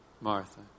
Martha